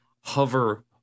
hover